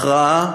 הכרעה